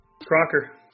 Crocker